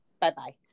Bye-bye